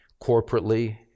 corporately